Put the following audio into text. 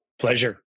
Pleasure